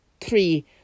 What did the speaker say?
three